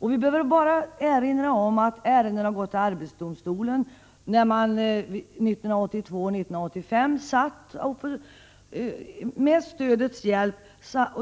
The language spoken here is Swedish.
Jag behöver bara erinra om att ärendena gick till arbetsdomstolen, när man 1982 och 1985 på basis av stödet